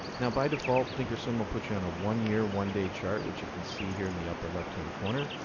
now, by default, thinkorswim will put you on a one year, one day chart, which you can see here in the upper left-hand corner.